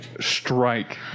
strike